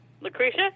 Lucretia